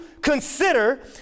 consider